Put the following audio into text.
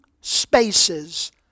spaces